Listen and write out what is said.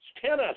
tennis